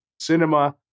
cinema